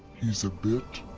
he's a bit.